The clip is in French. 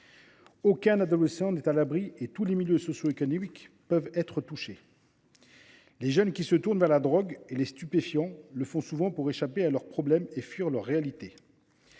Aucun adolescent n’est à l’abri et tous les milieux socioéconomiques peuvent être touchés. Les jeunes qui se tournent vers les drogues et les stupéfiants le font souvent pour échapper à leurs problèmes et fuir leur réalité.